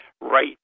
right